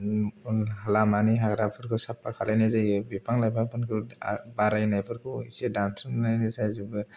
लामानि हाग्राफोरखौ साफा खालायनाय जायो बिफां लाइफांफोरखौ बारायनायफोरखौ एसे दानस'नाय जाजोबो